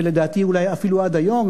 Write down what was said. ולדעתי אולי אפילו עד היום.